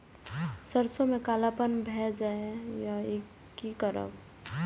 सरसों में कालापन भाय जाय इ कि करब?